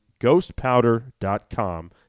ghostpowder.com